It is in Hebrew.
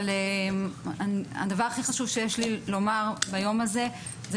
אבל הדבר הכי חשוב שיש לי לומר ביום הזה זה